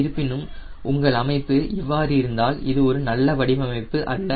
இருப்பினும் உங்கள் அமைப்பு இவ்வாறு இருந்தால் இது ஒரு நல்ல வடிவமைப்பு அல்ல